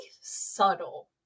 subtle